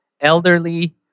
elderly